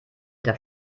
der